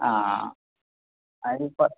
ആ ആ അതിനപ്പം